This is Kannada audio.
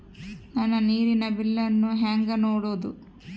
ನನ್ನ ನೇರಿನ ಬಿಲ್ಲನ್ನು ಹೆಂಗ ನೋಡದು?